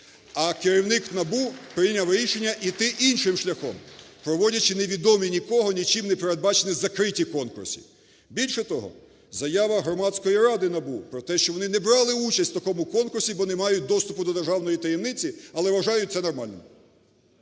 а керівник НАБУ прийняв рішення йти іншим шляхом, проводячи невідомі нікого нічим не передбачені закриті конкурси. Більше того, заява Громадської ради НАБУ про те, що вони не брали участь в такому конкурсі, бо не мають доступу до державної таємниці, але вважають це нормальним.